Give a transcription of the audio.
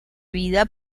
vida